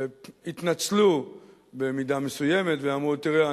התנצלו במידה מסוימת ואמרו: תראה,